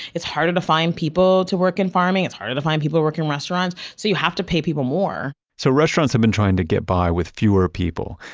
it's harder to find people to work in farming, it's harder to find people to work in restaurants, so you have to pay people more so restaurants have been trying to get by with fewer people,